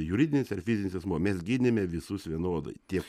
juridinis ar fizinis asmuo mes gynėme visus vienodai tiek